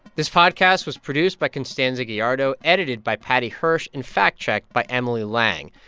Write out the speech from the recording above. this podcast was produced by constanza gallardo, edited by paddy hirsch and fact-checked by emily lang.